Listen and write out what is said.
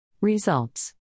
Results